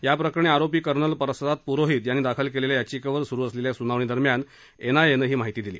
याप्रकरणी आरोपी कर्नल प्रसाद पुरोहित यांनी दाखल केलेल्या याचिकेवर सुरू असलेल्या सुनावणी दरम्यान एन आय ए नं ही माहिती दिली